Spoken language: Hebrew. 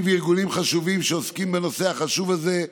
וארגונים חשובים שעוסקים בנושא החשוב הזה,